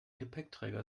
gepäckträger